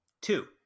two